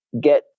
get